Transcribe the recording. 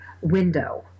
window